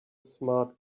smart